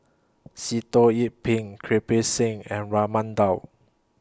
Sitoh Yih Pin Kirpal Singh and Raman Daud